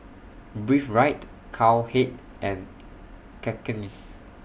Breathe Right Cowhead and Cakenis